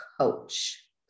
coach